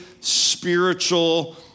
spiritual